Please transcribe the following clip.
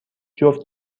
جفت